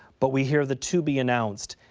but we hear the to be announced.